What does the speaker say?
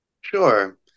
Sure